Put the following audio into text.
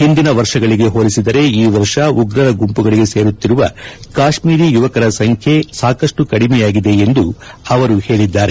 ಹಿಂದಿನ ವರ್ಷಗಳಿಗೆ ಹೋಲಿಸಿದರೆ ಈ ವರ್ಷ ಉಗ್ರರ ಗುಂಪುಗಳಿಗೆ ಸೇರುತ್ತಿರುವ ಕಾಶ್ಮೀರಿ ಯುವಕರ ಸಂಖ್ಯೆ ಸಾಕಷ್ಟು ಕಡಿಮೆಯಾಗಿದೆ ಎಂದು ಅವರು ಹೇಳಿದ್ದಾರೆ